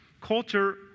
Culture